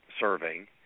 serving